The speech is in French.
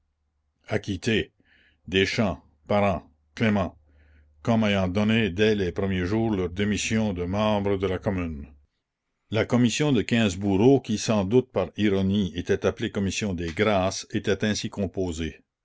acquittés deschamp parent clément comme ayant donné dès les premiers jours leur démission de membres de la commune la commission de quinze bourreaux qui sans doute par ironie était appelée commission des grâces était ainsi composée